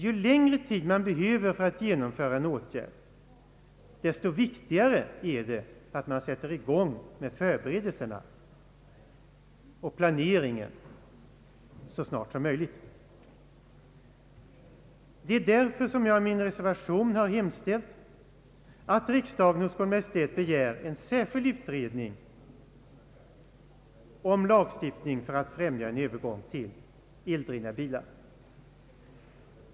Ju längre tid som behövs för att genomföra en åtgärd, desto viktigare är det att sätta i gång med förberedelserna och planeringen snarast möjligt. Jag har därför i min reservation hemställt att riksdagen hos Kungl. Maj:t begär en särskild utredning om lagstiftning för att främja en övergång till eldrivna bilar.